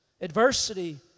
Adversity